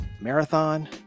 Marathon